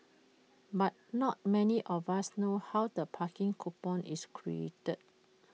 but not many of us know how the parking coupon is created